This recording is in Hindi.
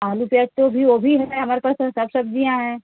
आलू प्याज़ तो भी वह भी है हमारे पास तो सब सब्ज़ियाँ है